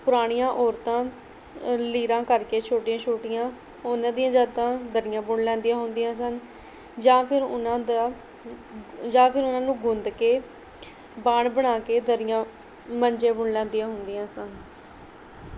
ਪੁਰਾਣੀਆਂ ਔਰਤਾਂ ਲੀਰਾਂ ਕਰਕੇ ਛੋਟੀਆਂ ਛੋਟੀਆਂ ਉਹਨਾਂ ਦੀਆਂ ਜਾਂ ਤਾਂ ਦਰੀਆਂ ਬੁਣ ਲੈਂਦੀਆਂ ਹੁੰਦੀਆਂ ਸਨ ਜਾਂ ਫਿਰ ਉਹਨਾਂ ਦਾ ਜਾਂ ਫਿਰ ਉਹਨਾਂ ਨੂੰ ਗੁੰਦ ਕੇ ਬਾਣ ਬਣਾ ਕੇ ਦਰੀਆਂ ਮੰਜੇ ਬੁਣ ਲੈਂਦੀਆ ਹੁੰਦੀਆਂ ਸਨ